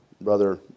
Brother